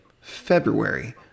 February